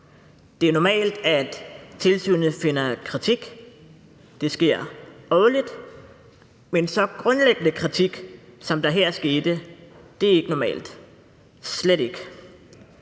Det er normalt, at tilsynet udtaler kritik – det sker årligt – men en så grundlæggende kritik, som der her blev udtalt, er ikke normalt, slet ikke.